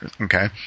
okay